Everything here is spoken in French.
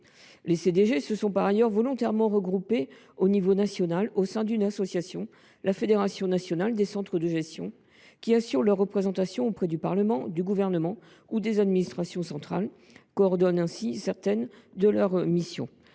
Les CDG se sont par ailleurs volontairement regroupés à l’échelon national au sein d’une association, la Fédération nationale des centres de gestion (FNCDG), qui assure leur représentation auprès du Parlement, du Gouvernement ou des administrations centrales et coordonne certaines de leurs missions.